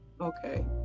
Okay